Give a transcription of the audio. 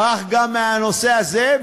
ברח גם מהנושא הזה,